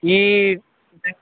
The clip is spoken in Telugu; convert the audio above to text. ఈ